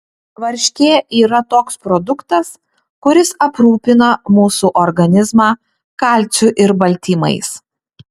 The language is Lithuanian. varškė yra toks produktas kuris aprūpina mūsų organizmą kalciu ir baltymais